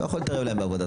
לכן ניתנה אופציה